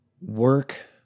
work